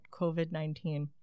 COVID-19